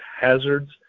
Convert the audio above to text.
hazards